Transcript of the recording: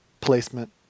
placement